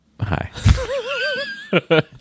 Hi